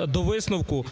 до висновку